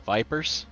Vipers